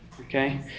okay